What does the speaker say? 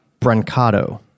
Brancato